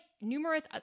numerous